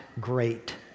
Great